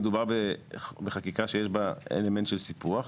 מדובר בחקיקה שיש בה אלמנט של סיפוח,